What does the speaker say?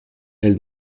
elle